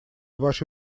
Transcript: ваше